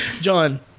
John